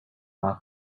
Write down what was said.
our